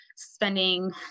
spending